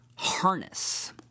Harness